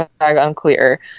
unclear